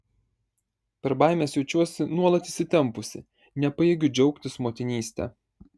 per baimes jaučiuosi nuolat įsitempusi nepajėgiu džiaugtis motinyste